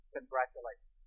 Congratulations